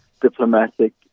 diplomatic